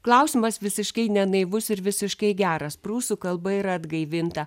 klausimas visiškai ne naivus ir visiškai geras prūsų kalba yra atgaivinta